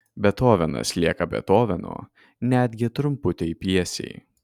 bethovenas lieka bethovenu netgi trumputėj pjesėj